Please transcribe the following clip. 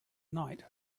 night